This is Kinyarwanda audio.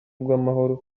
bw’amahoro